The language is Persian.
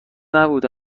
نبوده